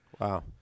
wow